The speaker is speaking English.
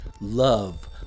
love